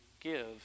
give